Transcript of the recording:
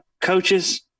coaches